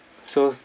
so